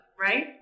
right